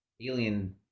Alien